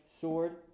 sword